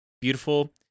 Beautiful